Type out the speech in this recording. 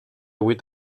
vuit